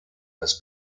das